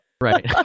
Right